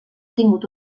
tingut